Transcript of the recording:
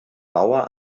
bauer